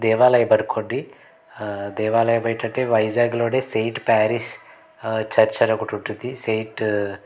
దేవాలయం అనుకోండి దేవాలయం ఏంటంటే వైజాగ్లోనే సెయింట్ ప్యారిస్ చర్చ్ అని ఒకటి ఉంటుంది సెయింటు